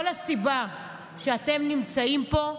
כל הסיבה שאתם נמצאים פה,